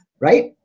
right